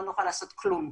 לא נוכל לעשות כלום.